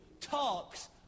talks